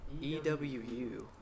EWU